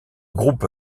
groupe